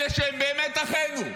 אלה שהם באמת אחינו,